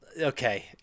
Okay